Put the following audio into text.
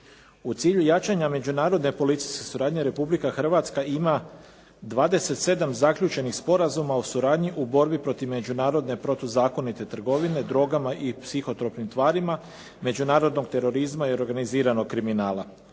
U cilju jačanja međunarodne policijske suradnje Republika Hrvatska ima 27 zaključenih sporazuma o suradnji u borbi protiv međunarodne protuzakonite trgovine drogama i psihotropnim tvarima, međunarodnog terorizma i organiziranog kriminala.